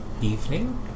evening